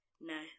No